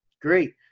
Great